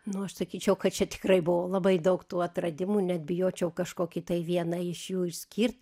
nu aš sakyčiau kad čia tikrai buvo labai daug tų atradimų net bijočiau kažkokį tai viena iš jų išskirt